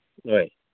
ꯍꯣꯏ